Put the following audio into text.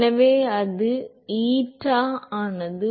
எனவே eta சமம் 5 தோராயமாக 5 df ஆல் deta தோராயமாக 0